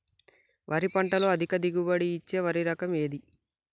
వరి పంట లో అధిక దిగుబడి ఇచ్చే వరి రకం ఏది?